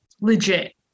legit